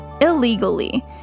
illegally